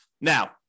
Now